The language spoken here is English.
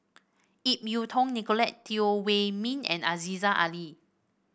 Ip Yiu Tung Nicolette Teo Wei Min and Aziza Ali